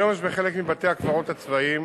כיום יש בחלק מבתי-הקברות הצבאיים